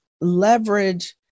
leverage